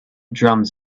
drums